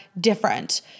different